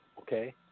Okay